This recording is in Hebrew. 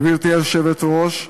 גברתי היושבת-ראש,